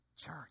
Church